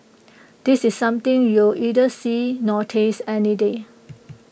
this is something you'll neither see nor taste any day